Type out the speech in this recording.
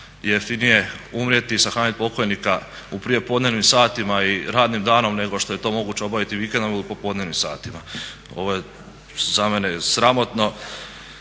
jeftinije umrijeti i sahraniti pokojnika u prijepodnevnim satima i radnim danom nego što je to moguće obaviti vikendom ili u popodnevnim satima. Ovo je za mene sramotno.